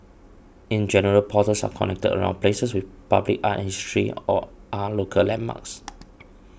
in general portals are connected around places with public art and history or are local landmarks